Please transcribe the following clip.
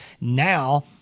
Now –